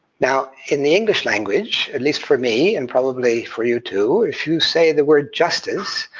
now in the english language, at least for me, and probably for you too, if you say the word justice,